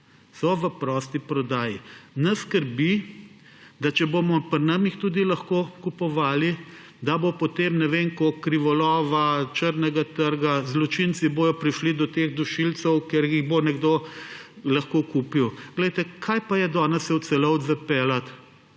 So v prosti prodaji. Nas skrbi, da če bomo pri nas jih tudi lahko kupovali, da bo potem ne vem koliko krivolova, črnega trga, zločinci bodo prišli do teh dušilcev, ker jih bo nekdo lahko kupil. Glejte, kaj pa je danes se v Celovec zapeljati,